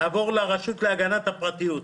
נעבור לרשות להגנת הפרטיות.